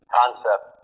concept